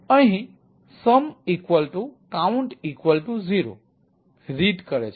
અહીં તે sum count 0 read કરે છે